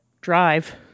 drive